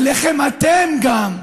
עליכם אתם, גם.